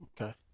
Okay